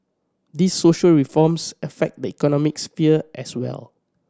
these social reforms affect the economic sphere as well